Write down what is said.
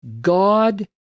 God